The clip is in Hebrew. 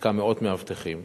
מעסיקה מאות מאבטחים,